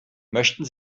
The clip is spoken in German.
möchten